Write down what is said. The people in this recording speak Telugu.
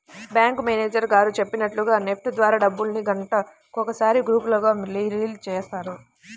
బ్యాంకు మేనేజరు గారు చెప్పినట్లుగా నెఫ్ట్ ద్వారా డబ్బుల్ని గంటకొకసారి గ్రూపులుగా రిలీజ్ చేస్తారు